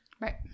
Right